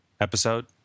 episode